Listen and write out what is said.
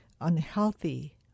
unhealthy